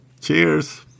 Cheers